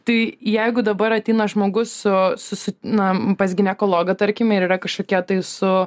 tai jeigu dabar ateina žmogus su su su na pas ginekologą tarkim ir yra kažkokie tai su